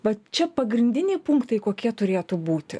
vat čia pagrindiniai punktai kokie turėtų būti